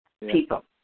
people